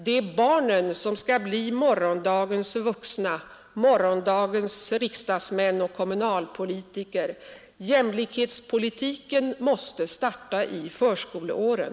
Det är barnen som skall bli morgondagens vuxna, morgondagens riksdagsmän och kommunalpolitiker. Jämlikhetspolitiken måste starta i förskoleåren.